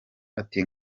ati